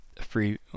free